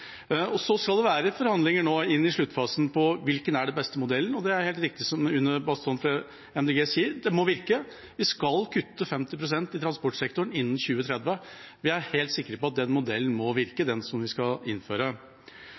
Det skal være forhandlinger nå, i sluttfasen, om hvilken modell som er best. Og det er helt riktig, som Une Bastholm fra MDG sier: Det må virke. Vi skal kutte 50 pst. i transportsektoren innen 2030. Vi er helt sikre på at den modellen vi skal innføre, må virke.